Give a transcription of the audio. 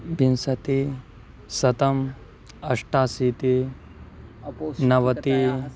विंशतिः शतम् अष्टाशीतिः नवतिः